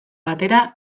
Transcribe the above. batera